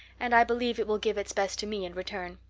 and i believe it will give its best to me in return.